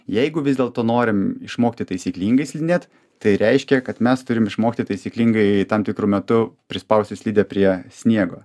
jeigu vis dėlto norim išmokti taisyklingai slidinėt tai reiškia kad mes turim išmokti taisyklingai tam tikru metu prispausti slidę prie sniego